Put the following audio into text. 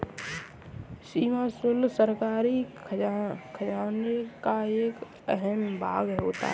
सीमा शुल्क सरकारी खजाने का एक अहम भाग होता है